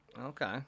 Okay